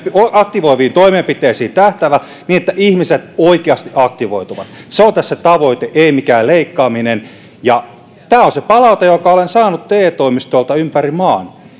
aktivoiviin toimenpiteisiin tähtäävä niin että ihmiset oikeasti aktivoituvat se on tässä tavoite ei mikään leikkaaminen tämä on se palaute jonka olen saanut te toimistoilta ympäri maan